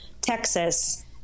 Texas